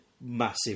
massive